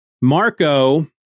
Marco